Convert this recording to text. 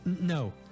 No